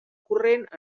corrent